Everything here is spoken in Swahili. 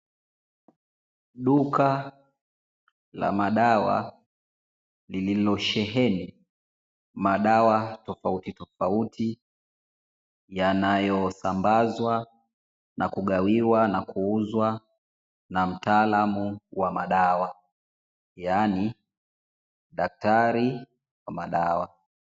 Duka la madawa lililosheheni madawa tofauti tofauti yanayosambazwa na kugaiwa na kuuzwa na mtaalamu wa madawa yaani daktari wa dawa.